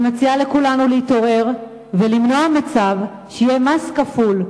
אני מציעה לכולנו להתעורר ולמנוע מצב שיהיה מס כפול: